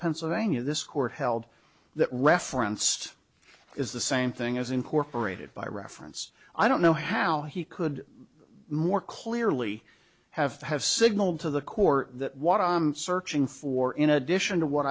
pennsylvania this court held that referenced is the same thing as incorporated by reference i don't know how he could more clearly have have signaled to the court that what i'm searching for in addition to what